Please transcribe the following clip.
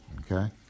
Okay